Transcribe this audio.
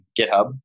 GitHub